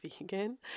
vegan